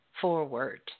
forward